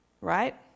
Right